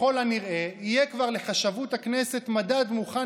ככל הנראה יהיה כבר לחשבות הכנסת מדד מוכן